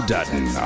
Dutton